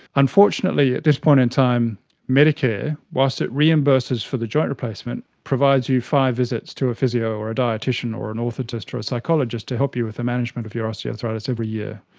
unfortunately at this point in time medicare, whilst it reimburses for the joint replacement, provides you five visits to a physio or a dietician or an orthotist or a psychologist to help you with the management of your osteoarthritis every year.